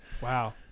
Wow